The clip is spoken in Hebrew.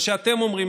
מה שאתם אומרים,